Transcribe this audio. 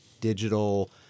digital